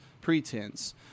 pretense